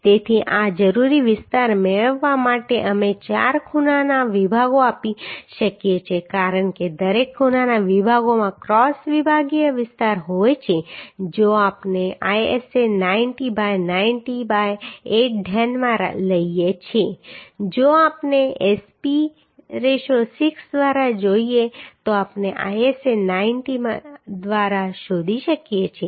તેથી આ જરૂરી વિસ્તાર મેળવવા માટે અમે ચાર ખૂણાના વિભાગો આપી શકીએ છીએ કારણ કે દરેક ખૂણાના વિભાગોમાં ક્રોસ વિભાગીય વિસ્તાર હોય છે જો આપણે ISA 90 બાય 90 બાય 8 ધ્યાનમાં લઈએ જો આપણે SP 6 દ્વારા જોઈએ તો આપણે ISA 90 દ્વારા શોધી શકીએ છીએ